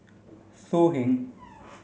So Heng